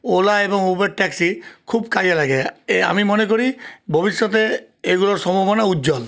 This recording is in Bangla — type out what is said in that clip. ওলা এবং উবের ট্যাক্সি খুব কাজে লাগে এ আমি মনে করি ভবিষ্যতে এগুলোর সম্ভাবনা উজ্জ্বল